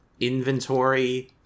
inventory